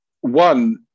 one